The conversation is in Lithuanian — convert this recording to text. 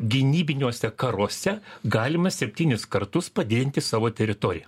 gynybiniuose karuose galima septynis kartus padidinti savo teritoriją